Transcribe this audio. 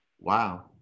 Wow